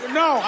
no